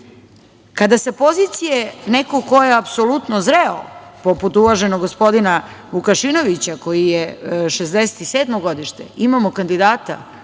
sa pozicije neko ko je apsolutno zreo, poput uvaženog gospodina Vukašinovića koji je 1967. godište, imamo kandidata